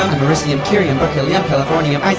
americium, curium, berkelium, californium,